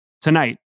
tonight